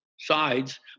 sides